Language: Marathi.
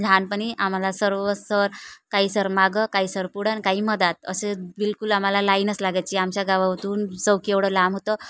लहानपणी आम्हाला सर्व सर काही सर मागं काही सर पुढं आणि काही मधात असे बिलकुल आम्हाला लाईनच लागायची आमच्या गावामधून चौकी एवढं लांब होतं